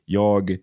jag